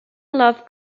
love